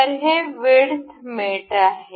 तर हे वीडथ मेट आहे